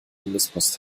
bundespost